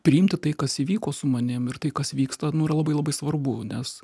priimti tai kas įvyko su manim ir tai kas vyksta nu yra labai labai svarbu nes